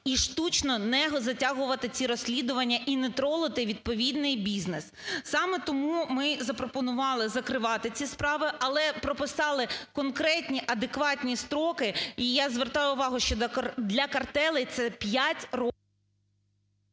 і штучно не затягувати ці розслідування, і не тролити відповідний бізнес. Саме тому ми й запропонували закривати ці справи. Але прописали конкретні адекватні строки. І я звертаю увагу, що для картелей – це 5…